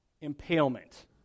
impalement